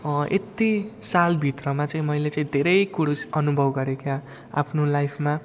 यत्ति सालभित्रमा चाहिँ मैले चाहिँ धेरै कुरो अनुभव गरेँ क्या आफ्नो लाइफमा